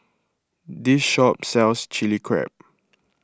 this shop sells Chilli Crab